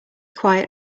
quiet